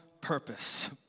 purpose